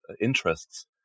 interests